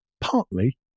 partly